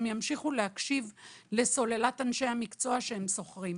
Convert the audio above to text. הם ימשיכו להקשיב לסוללת אנשי המקצוע שהם שוכרים,